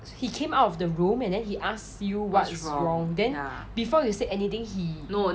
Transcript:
he came out of the room and then he ask you what's wrong then before you say anything he